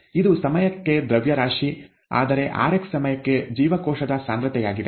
ಇದು ಸಮಯಕ್ಕೆ ದ್ರವ್ಯರಾಶಿ ಆದರೆ rx ಸಮಯಕ್ಕೆ ಜೀವಕೋಶದ ಸಾಂದ್ರತೆಯಾಗಿದೆ